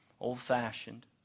old-fashioned